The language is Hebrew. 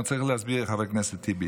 אני צריך להסביר לך, חבר הכנסת טיבי.